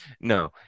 No